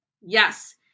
Yes